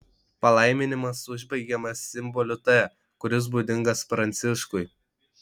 palaiminimas užbaigiamas simboliu t kuris būdingas pranciškui